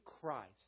Christ